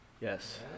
Yes